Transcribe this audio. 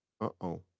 Uh-oh